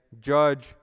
judge